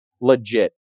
legit